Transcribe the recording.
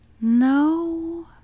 No